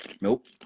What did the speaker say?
Nope